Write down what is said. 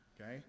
Okay